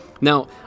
Now